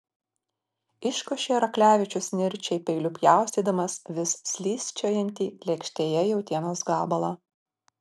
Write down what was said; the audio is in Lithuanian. iškošė raklevičius nirčiai peiliu pjaustydamas vis slysčiojantį lėkštėje jautienos gabalą